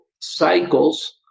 cycles